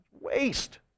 waste